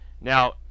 Now